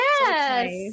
Yes